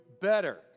better